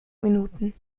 minuten